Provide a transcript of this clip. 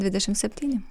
dvidešim septyni